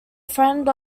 friend